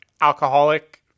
alcoholic